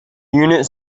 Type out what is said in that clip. unit